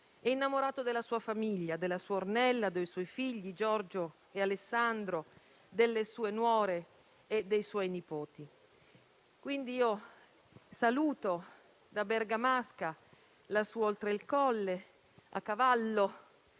e innamorato della sua famiglia, della sua Ornella, dei suoi figli Giorgio e Alessandro, delle sue nuore e dei suoi nipoti. Saluto quindi da bergamasca la sua Oltre Il Colle a cavallo